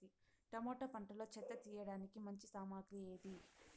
Tomato పంటలో చెత్త తీయడానికి మంచి సామగ్రి ఏది?